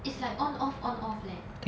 it's like on off on off leh